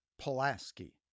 Pulaski